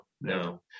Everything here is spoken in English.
no